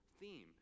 theme